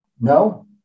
no